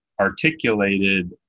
articulated